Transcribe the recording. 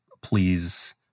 please